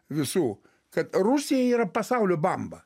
visų kad rusija yra pasaulio bamba